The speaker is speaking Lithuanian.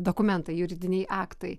dokumentai juridiniai aktai